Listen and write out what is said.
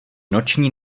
noční